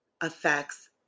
affects